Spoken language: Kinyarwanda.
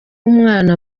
umwana